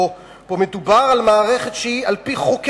חבר הכנסת ריבלין,